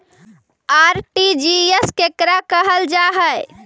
RTGS केकरा कहल जा है?